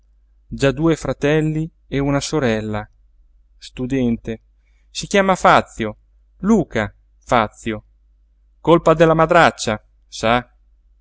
già due fratelli e una sorella studente si chiama fazio luca fazio colpa della madraccia sa